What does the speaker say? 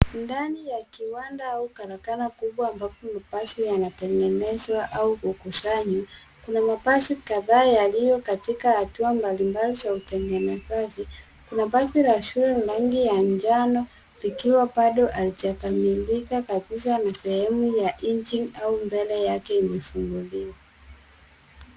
Ndani ya kiwanda au karakana kubwa ambapo mabasi yanatengenezwa au kukusanywa. Kuna mabasi kadhaa yaliyo katika hatua mbalimbali za utengenezaji. Kuna basi la shule rangi ya njano likiwa bado halijakamilika kabisa na sehemu ya engine au mbele yake imefunguliwa.